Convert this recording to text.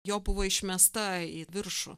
jo buvo išmesta į viršų